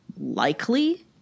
likely